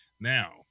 Now